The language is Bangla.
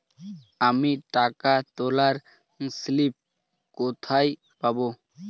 আমি টাকা তোলার স্লিপ কোথায় পাবো?